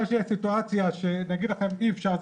ייתכן שתהיה סיטואציה שנגיד לכם שאי אפשר,